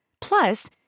Plus